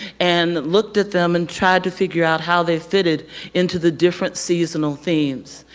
and looked at them and tried to figure out how they fitted into the different seasonal themes.